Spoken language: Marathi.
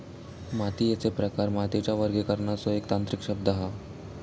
मातीयेचे प्रकार मातीच्या वर्गीकरणाचो एक तांत्रिक शब्द हा